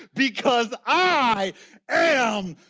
because i i um